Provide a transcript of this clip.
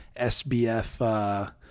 SBF